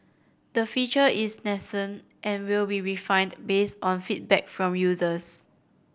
the feature is nascent and will be refined based on feedback from users